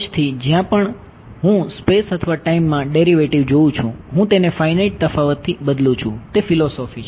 થી જ્યાં પણ હું સ્પેસ અથવા ટાઈમ છે